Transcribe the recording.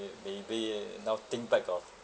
maybe ah now think back of